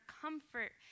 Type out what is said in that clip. comfort